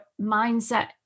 mindset